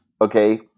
Okay